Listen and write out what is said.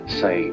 say